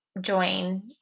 join